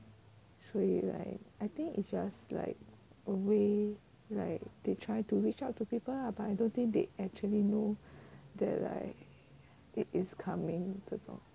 所以 like I think it's just like a way like they try to reach out to people lah but I don't think they actually know that like it is coming 这种